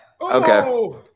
Okay